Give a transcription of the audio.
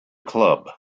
club